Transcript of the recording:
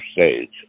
stage